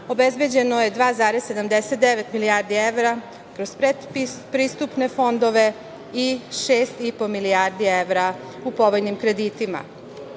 obezbeđeno je 2,79 milijardi evra kroz pretpristupne fondove i 6,5 milijardi evra u povoljnim kreditima.